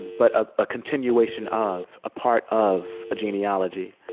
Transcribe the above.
but ah a continuation of, a part of a genealogy,